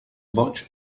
boig